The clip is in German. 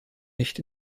nicht